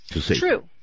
True